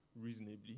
reasonably